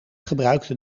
gebruikte